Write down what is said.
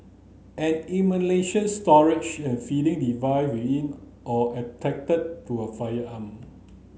an storage and feeding device within or to a firearm